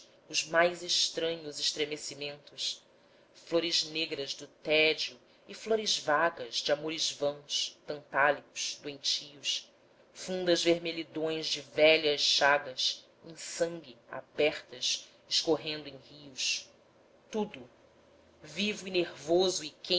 os mais estranhos estremecimentos flores negras do tédio e flores vagas de amores vãos tantálicos doentios fundas vermelhidões de velhas chagas em sangue abertas escorrendo em rios tudo vivo e nervoso